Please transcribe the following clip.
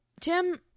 Jim